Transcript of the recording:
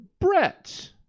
Brett